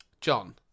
John